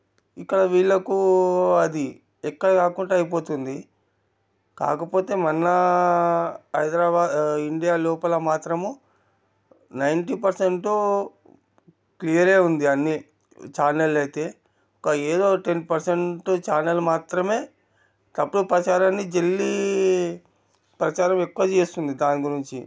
ఇక్కడ వీళ్ళకు అది ఎక్కడ కాకుండా అయిపోతుంది కాకపోతే మనా హైదరాబాద్ ఇండియా లోపల మాత్రము నైంటీ పర్సెంటు క్లియరే ఉంది అన్నీ ఛానళ్ళయితే ఒక ఏదో టెన్ పర్సెంటు ఛానెల్ మాత్రమే తప్పుడు ప్రచారాన్ని జల్లీ ప్రచారం ఎక్కువ చేస్తుంది దాని గురించి